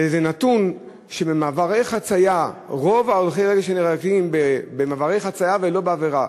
זה נתון שרוב הולכי הרגל נהרגים במעברי חציה ולא בעבירה.